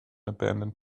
abandoned